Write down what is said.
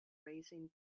raising